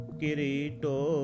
kirito